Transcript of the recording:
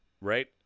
right